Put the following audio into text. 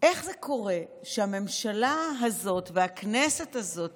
זה קורה שהממשלה הזאת והכנסת הזאת